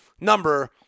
number